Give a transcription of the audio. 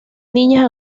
niñas